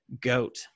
goat